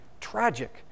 Tragic